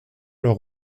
leur